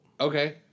Okay